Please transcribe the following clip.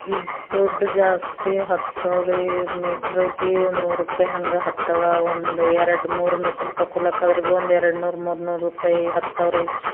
ದುಡ್ಡು ಜಾಸ್ತಿ ಹತ್ತವ್ರೀ ಮೀಟ್ರಗೆ ಒಂದು ನೂರು ರೂಪಾಯಿ ಹಂಗೆ ಹತ್ತವ ಒಂದು ಎರಡು ಮೂರು ಮೀಟ್ರ್ ತಗೊಳ್ಳೋಕಾದ್ರೆ ಒಂದು ಎರಡು ನೂರು ಮೂರು ನೂರು ರೂಪಾಯಿ ಹತ್ತವ್ರಿ